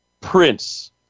Prince